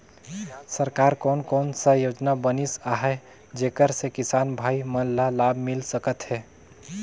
सरकार कोन कोन सा योजना बनिस आहाय जेकर से किसान भाई मन ला लाभ मिल सकथ हे?